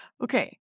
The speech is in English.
Okay